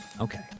okay